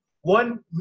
one